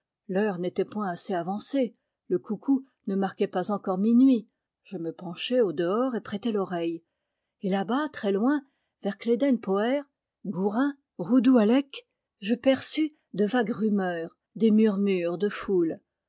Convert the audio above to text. l'heure n'était point assez avancée le coucou ne marquait pas encore minuit jé me penchai au dehors et prêtai l oreille et là-bas très loin vers cléden pohêr gourin roudouallec je perçus de vagues rumeurs des murmures de foules